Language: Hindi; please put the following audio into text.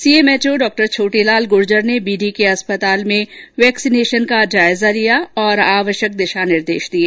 सीएमएचओ डॉ छोटेलाल गुर्जर ने बीडीके अस्पताल में वैक्सीनेशन का जायजा लिया और आवश्यक दिशा निर्देश दिए